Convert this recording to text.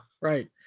right